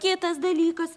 kitas dalykas